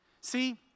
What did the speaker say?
See